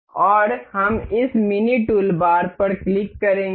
और हम इस मिनी टूलबार पर क्लिक करेंगे